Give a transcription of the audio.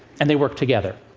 and they work together.